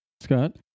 Scott